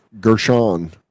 gershon